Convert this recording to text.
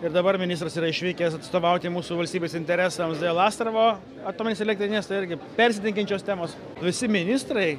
ir dabar ministras yra išvykęs atstovauti mūsų valstybės interesams dėl astravo atominės elektrinės tai irgi persidengiančios temos visi ministrai